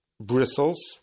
bristles